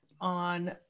on